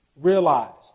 realized